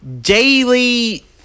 daily